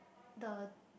the